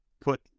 put